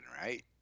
right